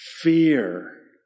fear